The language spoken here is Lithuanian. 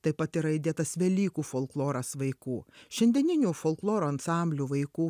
taip pat yra įdėtas velykų folkloras vaikų šiandieninių folkloro ansamblių vaikų